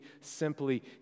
simply